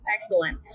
Excellent